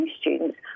students